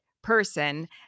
Person